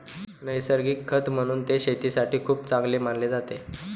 नैसर्गिक खत म्हणून ते शेतीसाठी खूप चांगले मानले जाते